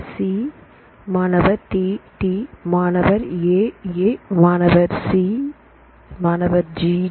C மாணவர்TT TT மாணவர்AA AA மாணவர்C CG மாணவர்GG